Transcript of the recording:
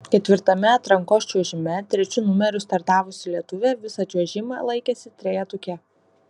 ketvirtame atrankos čiuožime trečiu numeriu startavusi lietuvė visą čiuožimą laikėsi trejetuke